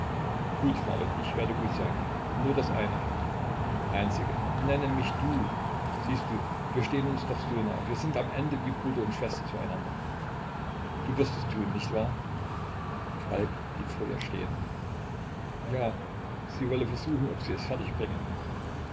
gut marit ich werde gut sein nur das eine einzige nenne mich du siehst du wir stehn uns doch so nah wir sind am ende wie bruder und schwester zu einander du wirst es tun nicht wahr falk blieb vor ihr stehen ja sie wolle versuchen ob sie es fertig bringe